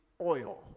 oil